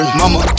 mama